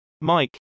Mike